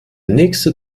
nächste